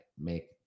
make